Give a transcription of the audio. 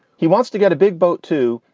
he wants to get a big boat, too.